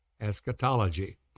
eschatology